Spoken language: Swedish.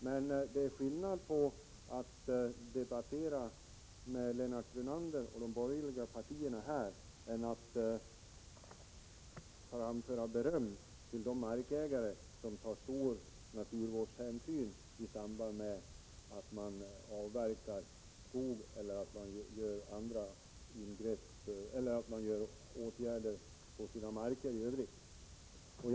Men det är skillnad mellan att debattera med Lennart Brunander och de borgerliga partierna här och att framföra beröm till de markägare som tar stor hänsyn till naturvården i samband med att de avverkar skog eller vidtar åtgärder på sina marker i Övrigt.